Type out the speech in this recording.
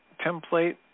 template